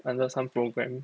under some program